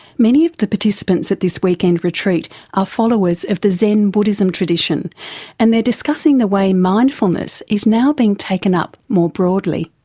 of the participants at this weekend retreat are followers of the zen buddhism tradition and they're discussing the way mindfulness is now being taken up more broadly.